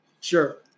Sure